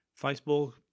facebook